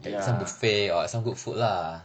ya